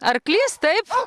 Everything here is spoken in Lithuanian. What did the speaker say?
arklys taip